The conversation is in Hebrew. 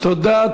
תודה,